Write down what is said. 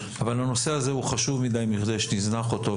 אבל הנושא הזה הוא חשוב מידי מכדי שנזנח אותו,